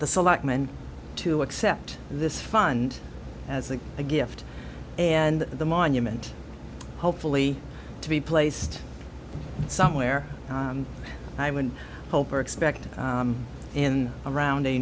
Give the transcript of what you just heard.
the selectmen to accept this fund as a gift and the monument hopefully to be placed somewhere i would hope or expect in around